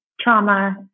trauma